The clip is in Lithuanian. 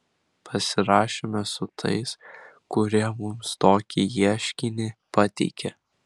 pasirašėme su tais kurie mums tokį ieškinį pateikė